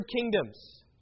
kingdoms